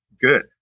good